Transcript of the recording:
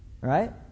Right